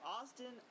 Austin